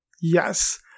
Yes